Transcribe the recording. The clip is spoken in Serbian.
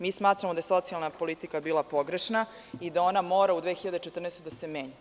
Mi smatramo da je socijalan politika bila pogrešna i da ona mora u 2014. godini da se menja.